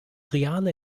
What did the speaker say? reale